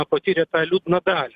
patyrė tą liūdną dalią